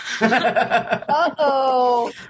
Uh-oh